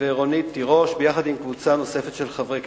ורונית תירוש, ביחד עם קבוצה נוספת של חברי הכנסת.